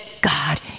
God